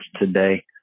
today